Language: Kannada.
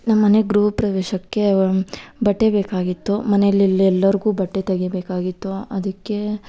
ನಮ್ಮನೆ ಗೃಹಪ್ರವೇಶಕ್ಕೆ ಬಟ್ಟೆ ಬೇಕಾಗಿತ್ತು ಮನೇಲಿ ಇಲ್ಲಿ ಎಲ್ಲರಿಗೂ ಬಟ್ಟೆ ತೆಗಿಬೇಕಾಗಿತ್ತು ಅದಕ್ಕೆ